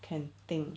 can think